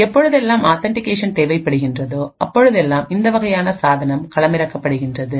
எப்பொழுதெல்லாம் ஆத்தன்டிகேஷன்தேவைப்படுகின்றதோ அப்பொழுதெல்லாம் இந்த வகையான சாதனம் களமிறக்கப்படுகின்றது